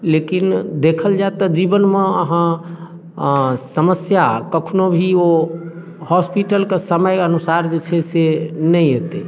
लेकिन देखल जाइ तऽ जीवनमे अहाँ समस्या कखनहु भी ओ हॉस्पिटलके समय अनुसार जे छै से नहि अएतै